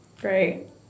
Great